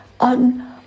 on